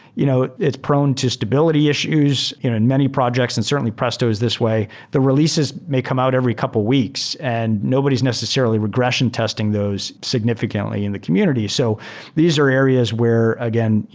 you know it's prone to stability issues. in in many projects and certainly presto is this way, the releases may come out every couple of weeks and nobody is necessarily regression testing those significantly in the community. so these are areas where, again,